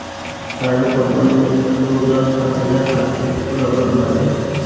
private कंपनीन में तअ लोग दस पांच हजार खातिर रगड़त बाटे